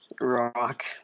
rock